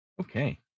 Okay